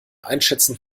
einschätzen